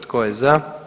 Tko je za?